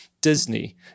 Disney